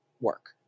work